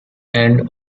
end